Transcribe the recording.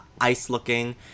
ice-looking